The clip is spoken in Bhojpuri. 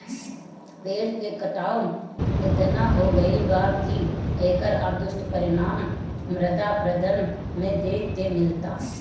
पेड़ के कटाव एतना हो गईल बा की एकर अब दुष्परिणाम मृदा अपरदन में देखे के मिलता